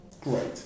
Great